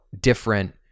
different